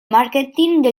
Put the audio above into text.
marketing